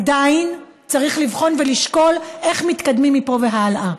עדיין צריך לבחון ולשקול איך מתקדמים מפה והלאה.